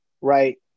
right